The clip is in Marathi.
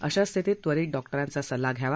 अशा स्थितीत त्वरित डॉक्टरांचा सल्ला घ्यावा